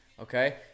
Okay